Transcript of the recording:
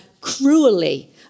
cruelly